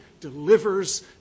delivers